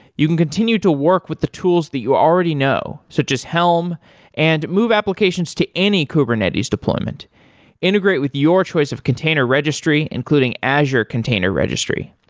you can continue to work with the tools that you already know, so just helm and move applications to any kubernetes deployment integrate with your choice of container registry, including azure container registry.